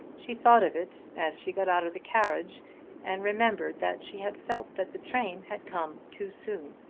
she thought of it as she got out of the carriage and remembered that she had felt that the train had come too soon.